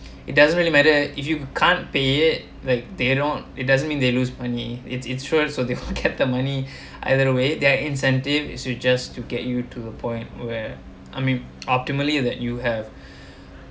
it doesn't really matter if you can't pay it like they don't it doesn't mean they lose money it's insured so they kept the money either the way their incentive is to just to get you to a point where I mean optimally that you have